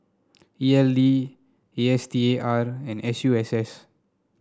E L D A S T A R and S U S S